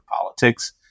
politics